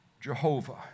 Jehovah